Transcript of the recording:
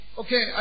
okay